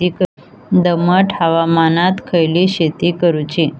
दमट हवामानात खयली शेती करूची?